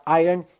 iron